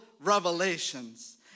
revelations